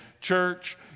church